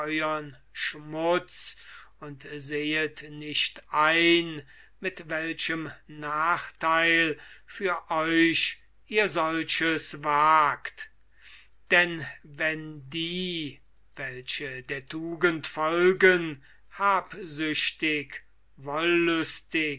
schmutz und sehet nicht ein mit welchem nachtheil für euch ihr solches wagt denn wenn die welche der tugend folgen habsüchtig wolllüstig